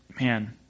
Man